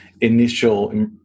initial